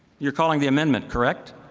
you're calling the amendment. correct?